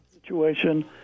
Situation